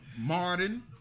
Martin